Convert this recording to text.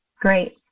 Great